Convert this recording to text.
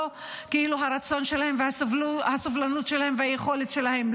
לא הרצון שלהם והסבלנות שלהם והיכולת שלהם,